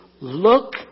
Look